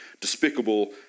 despicable